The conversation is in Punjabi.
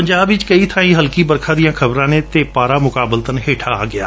ਪੰਜਾਬ ਵਿੱਚ ਕਈ ਬਾਈਂ ਹਲਕੀ ਬਰਖਾ ਦੀਆਂ ਖਬਰਾਂ ਨੇ ਅਤੇ ਪਾਰਾ ਮੁਕਾਬਲਤਨ ਹੇਠਾਂ ਆ ਗਿਐ